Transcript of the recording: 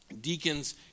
Deacons